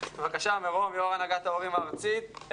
בבקשה מירום, יושב-ראש הנהגת ההורים הארצית.